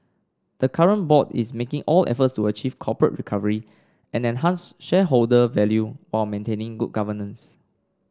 the current board is making all efforts to achieve corporate recovery and enhance shareholder value while maintaining good governance